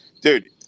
dude